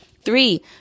Three